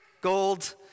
gold